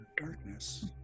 darkness